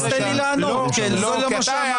--- רק תן לי לענות כי זה לא מה שאמרתי.